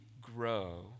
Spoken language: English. grow